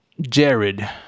jared